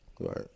Right